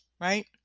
right